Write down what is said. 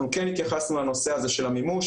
אנחנו כן התייחסנו לנושא הזה של המימוש,